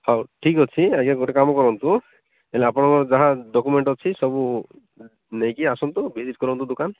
ହଉ ଠିକ୍ ଅଛି ଆଜ୍ଞା ଗୋଟେ କାମ କରନ୍ତୁ ହେଲେ ଆପଣଙ୍କର ଯାହା ଡକ୍ୟୁମେଣ୍ଟ୍ ଅଛି ସବୁ ନେଇକି ଆସନ୍ତୁ ଭିଜିଟ୍ କରନ୍ତୁ ଦୋକାନ